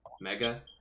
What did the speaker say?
mega